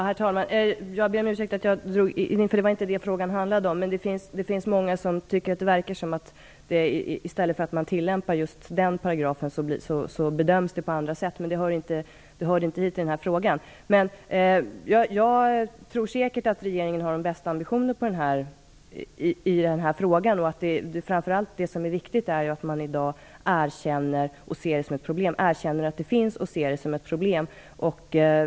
Herr talman! Jag ber om ursäkt för att jag drog in ett ämne som inte togs upp i frågan, men det finns många som tycker att det verkar som om dessa brott bedöms på andra sätt och att man inte tillämpar just den paragrafen. Men det hör inte till denna fråga. Jag tror säkert att regeringen har de bästa ambitioner i denna fråga. Det som är viktigt är att man i dag erkänner att fenomenet finns och ser det som ett problem.